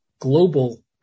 global